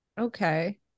Okay